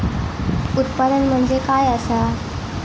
उत्पादन म्हणजे काय असा?